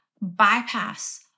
bypass